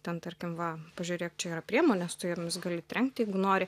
ten tarkim va pažiūrėk čia yra priemonės tu jomis gali trenkti jeigu nori